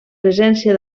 presència